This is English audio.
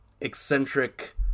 eccentric